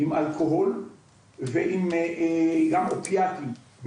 עם אלכוהול וגם אופיאטים,